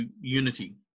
unity